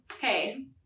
Hey